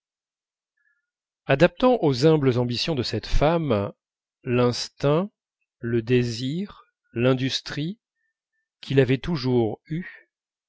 adaptant aux humbles ambitions de cette femme l'instinct le désir l'industrie qu'il avait toujours eus